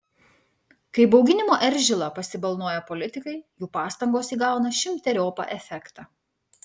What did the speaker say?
kai bauginimo eržilą pasibalnoja politikai jų pastangos įgauna šimteriopą efektą